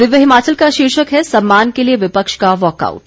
दिव्य हिमाचल का शीर्षक है सम्मान के लिए विपक्ष का वाकआउट